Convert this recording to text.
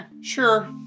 sure